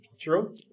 True